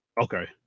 Okay